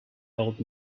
old